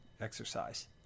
exercise